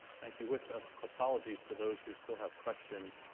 thank you. with ah apologies to those who still have questions,